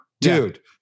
dude